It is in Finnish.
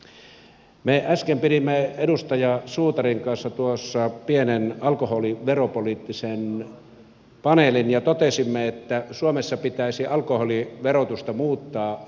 me äsken pidimme edustaja suutarin kanssa tuossa pienen alkoholiveropoliittisen paneelin ja totesimme että suomessa pitäisi alkoholiverotusta muuttaa